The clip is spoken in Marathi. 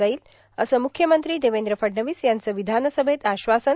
जाईल असं म्ख्यमंत्री देवेंद्र फडणवीस यांच विधानसभेत आश्वासन